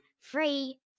free